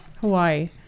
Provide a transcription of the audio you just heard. hawaii